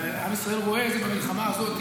ועם ישראל רואה את זה במלחמה הזאת,